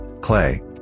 Clay